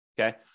okay